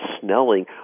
Snelling